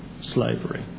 slavery